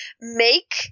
Make